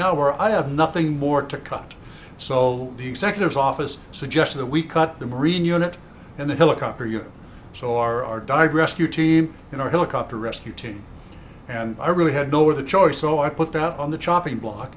now where i have nothing more to cut so the executive office suggests that we cut the marine unit in the helicopter you so our dive rescue team and our helicopter rescue team and i really had no other choice so i put that on the chopping